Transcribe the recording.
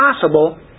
possible